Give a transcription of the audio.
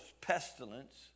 pestilence